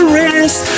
rest